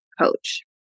coach